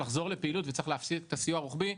לחזור לפעילות וצריך להפסיק את הסיוע הרוחבי,